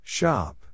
Shop